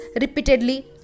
repeatedly